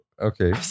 Okay